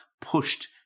pushed